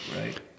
right